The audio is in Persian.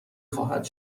خواهد